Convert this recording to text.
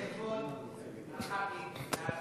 באתי לכבוד הח"כית הנמרצת.